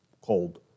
cold